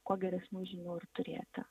kuo geresnių žinių ir turėti